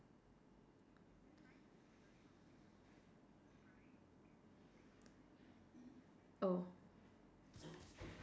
oh